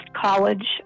college